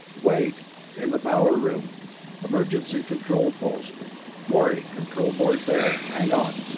wade in the power room emergency control post morey control board there hang on,